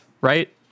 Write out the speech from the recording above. Right